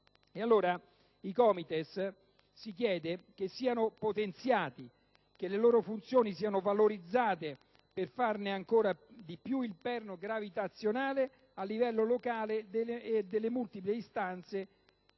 all'estero. Si chiede che i COMITES siano potenziati, che le loro funzioni siano valorizzate, per farne ancora di più il perno gravitazionale, a livello locale, delle multiple istanze